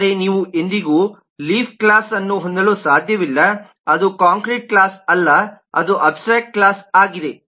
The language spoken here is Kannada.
ಆದರೆ ನೀವು ಎಂದಿಗೂ ಲೀಫ್ ಕ್ಲಾಸ್ಅನ್ನು ಹೊಂದಲು ಸಾಧ್ಯವಿಲ್ಲ ಅದು ಕಾಂಕ್ರೀಟ್ ಕ್ಲಾಸ್ ಅಲ್ಲ ಅದು ಅಬ್ಸ್ಟ್ರ್ಯಾಕ್ಟ್ ಕ್ಲಾಸ್ ಆಗಿದೆ